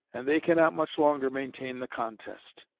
and they cannot much longer maintain the contest.